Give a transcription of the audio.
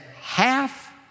half